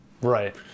Right